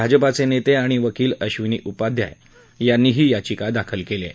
भाजपाचे नेते आणि वकील अब्निनी उपाध्याय यांनी ही याचिका दाखल केली आहे